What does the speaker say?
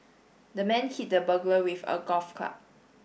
the man hit the burglar with a golf club